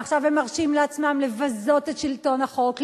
עכשיו הם מרשים לעצמם לבזות את שלטון החוק,